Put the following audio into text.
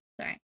Sorry